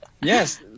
Yes